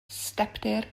stepdir